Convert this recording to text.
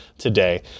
Today